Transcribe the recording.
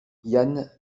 yann